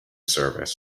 service